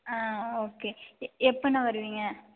ஆ okay எப்பண்ணா வருவீங்க